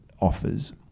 offers